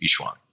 Yishuan